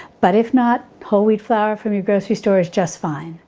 but if not whole wheat flour from your grocery store is just fine.